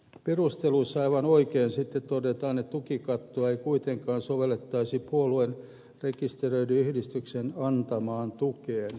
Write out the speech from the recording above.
perusteluissa aivan oikein todetaan että tukikattoa ei kuitenkaan sovellettaisi puolueen rekisteröidyn yhdistyksen antamaan tukeen